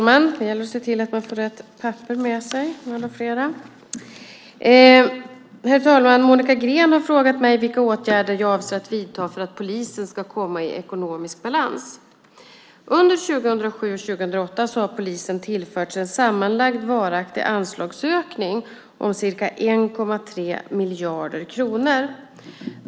Herr talman! Monica Green har frågat mig vilka åtgärder jag avser att vidta för att polisen ska komma i ekonomisk balans. Under 2007 och 2008 har polisen tillförts en sammanlagd varaktig anslagsökning om ca 1,3 miljarder kronor.